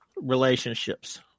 relationships